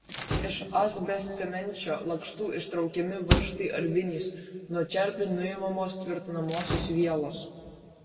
iš asbestcemenčio lakštų ištraukiami varžtai ar vinys nuo čerpių nuimamos tvirtinamosios vielos